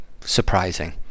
surprising